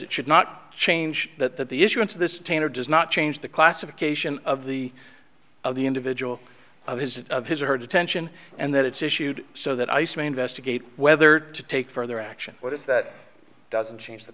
it should not change that that the issuance of this painter does not change the classification of the of the individual of his of his or her detention and that it's issued so that ice may investigate whether to take further action but if that doesn't change the